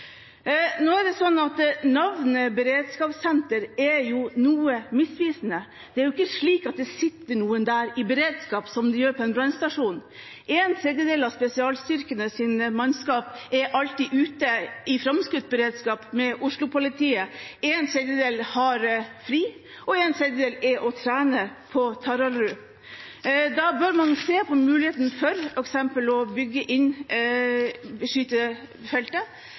Nå er det sånn at navnet «beredskapssenter» er noe misvisende. Det er jo ikke slik at det sitter noen der i beredskap, som det gjør på en brannstasjon. En tredjedel av spesialstyrkenes mannskap er alltid ute i framskutt beredskap med Oslo-politiet, en tredjedel har fri, og en tredjedel er og trener på Taraldrud. Da bør man se på muligheten for f.eks. å bygge inn